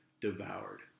devoured